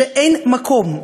שאין מקום,